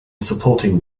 supporting